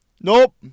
nope